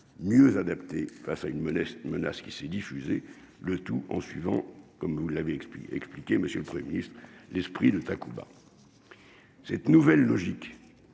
mieux adaptée face à une modeste menace qui s'est diffusé le tout en suivant, comme vous l'avez expliqué expliquer monsieur le 1er ministre l'esprit de Takuba cette nouvelle logique